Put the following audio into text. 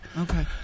Okay